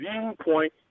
viewpoint